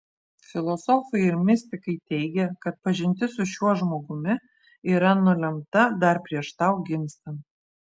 filosofai ir mistikai teigia kad pažintis su šiuo žmogumi yra nulemta dar prieš tau gimstant